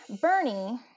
Bernie